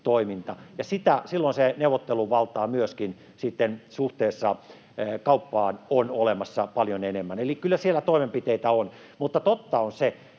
toiminta, ja silloin neuvotteluvaltaa myöskin sitten suhteessa kauppaan on olemassa paljon enemmän. Eli kyllä siellä toimenpiteitä on. Mutta totta on se,